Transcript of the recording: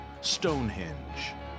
Stonehenge